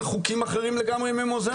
זה חוקים אחרים לגמרי ממוזיאון.